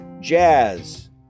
jazz